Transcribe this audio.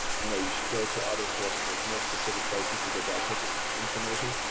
you know you should go to other sources. there's more specific places to get that types of information.